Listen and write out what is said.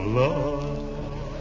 love